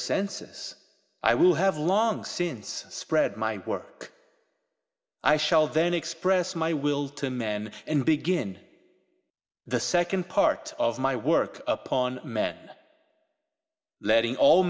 senses i will have long since spread my work i shall then express my will to men and begin the second part of my work upon men letting all